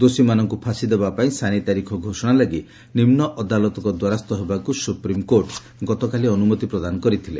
ଦୋଷୀମାନଙ୍କୁ ଫାଶୀଦେବା ପାଇଁ ସାନି ତାରିଖ ଘୋଷଣା ଲାଗି ନିମ୍ବ ଅଦାଲତଙ୍କ ଦ୍ୱାରସ୍ଥ ହେବାକୁ ସୁପ୍ରିମକୋର୍ଟ ଗତକାଲି ଅନୁମତି ପ୍ରଦାନ କରିଥିଲେ